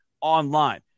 online